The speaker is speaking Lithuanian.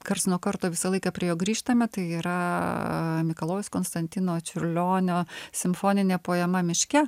karts nuo karto visą laiką prie jo grįžtame tai yra mikalojaus konstantino čiurlionio simfoninė poema miške